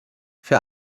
für